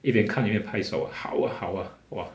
一边看一边拍手 ah 好 ah 好 ah !wah!